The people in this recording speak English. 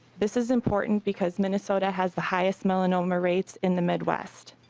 this is important because minnesota has the highest melanoma rates in the midwest.